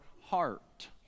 heart